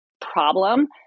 problem